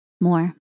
more